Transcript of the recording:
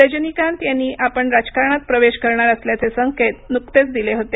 रजनीकांत यांनी आपण राजकारणात प्रवेश करणार असल्याचे संकेत नुकतेच दिले होते